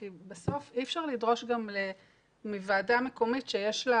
כי בסוף אי אפשר לדרוש מוועדה מקומית שיש לה